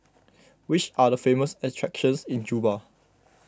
which are the famous attractions in Juba